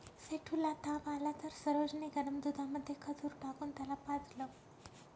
सेठू ला ताप आला तर सरोज ने गरम दुधामध्ये खजूर टाकून त्याला पाजलं